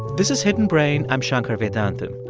this is hidden brain. i'm shankar vedantam.